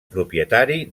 propietari